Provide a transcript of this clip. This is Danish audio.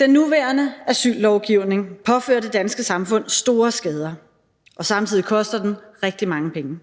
Den nuværende asyllovgivning påfører det danske samfund store skader, og samtidig koster den rigtig mange penge.